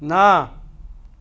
ના